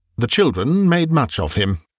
the children made much of him,